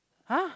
!huh!